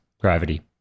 gravity